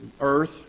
earth